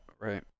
Right